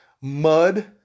mud